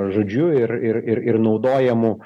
žodžiu ir ir ir ir naudojamu